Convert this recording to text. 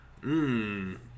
Mmm